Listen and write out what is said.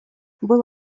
был